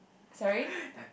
sorry